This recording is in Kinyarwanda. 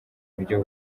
buryo